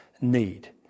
need